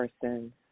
person